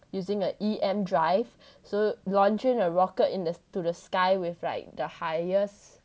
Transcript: using a E_M drive so launching a rocket in the to the sky with like the highest